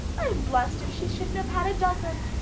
i'm blest if she shouldn't have had a dozen.